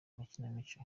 amakinamico